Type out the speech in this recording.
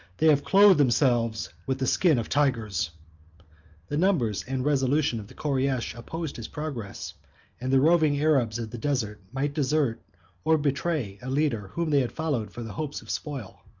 they have clothed themselves with the skins of tigers the numbers and resolution of the koreish opposed his progress and the roving arabs of the desert might desert or betray a leader whom they had followed for the hopes of spoil.